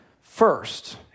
First